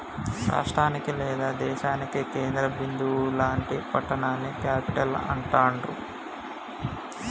రాష్టానికి లేదా దేశానికి కేంద్ర బిందువు లాంటి పట్టణాన్ని క్యేపిటల్ అంటాండ్రు